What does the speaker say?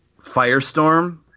Firestorm